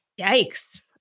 Yikes